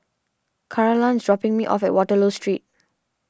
Carolann is dropping me off at Waterloo Street